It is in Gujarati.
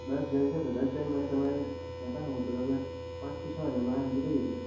દસ જણ છો તો દસ જણ માટે તમારે કહેતા હોવ તો તમે મન પાંચ થી છ હજારમાં આરામથી પતી જશે